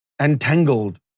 entangled